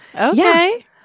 Okay